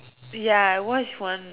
ya I watch one